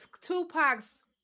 Tupac's